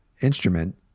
instrument